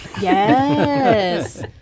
Yes